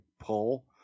pull